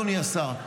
אדוני השר,